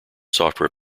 software